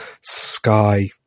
sky